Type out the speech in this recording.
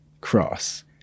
cross